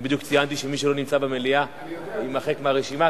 אני בדיוק ציינתי שמי שלא נמצא במליאה שמו יימחק מהרשימה.